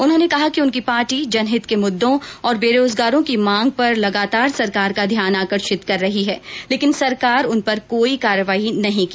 उन्होंने कहा कि उनकी पार्टी जनहित के मुद्दों और बेरोजगारों की मांगों पर लगातार सरकार का ध्यान आकर्षित कर रही है लेकिन सरकार ने उन पर ँकोई कार्यवाही नहीं की